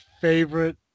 favorite